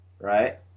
right